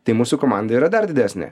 tai mūsų komanda yra dar didesnė